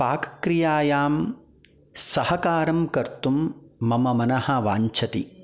पाक्क्रियायां सहकारं कर्तुं मम मनः वाञ्छति